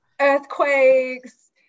earthquakes